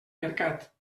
mercat